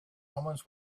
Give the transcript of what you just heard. omens